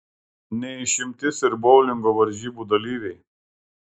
ne išimtis ir boulingo varžybų dalyviai